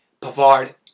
Pavard